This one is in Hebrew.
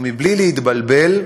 ובלי להתבלבל,